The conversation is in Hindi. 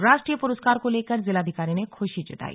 राष्ट्रीय पुरस्कार को लेकर जिलाधिकारी ने खुशी जताई